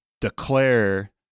declare